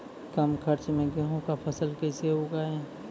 कम खर्च मे गेहूँ का फसल कैसे उगाएं?